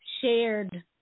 shared